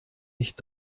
nicht